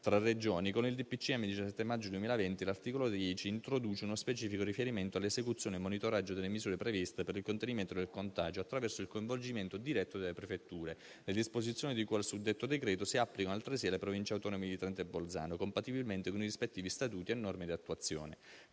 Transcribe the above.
dei ministri del 17 maggio 2020, l'articolo 10 introduce uno specifico riferimento all'esecuzione e monitoraggio delle misure previste per il contenimento del contagio attraverso il coinvolgimento diretto delle prefetture. Le disposizioni di cui al suddetto decreto si applicano altresì alle Province autonome di Trento e Bolzano, compatibilmente con i rispettivi Statuti e norme di attuazione.